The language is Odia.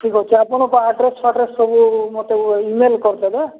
ଠିକ୍ ଅଛି ଆପଣଙ୍କ ଆଡ଼୍ରେସ୍ପାଡ଼୍ରେସ୍ ସବୁ ମୋତେ ଇମେଲ୍ କରିଦେବେ